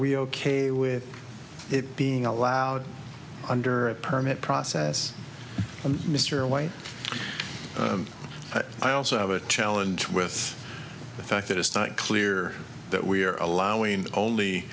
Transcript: we ok with it being allowed under a permit process and mr white i also have a challenge with the fact that it's not clear that we are allowing only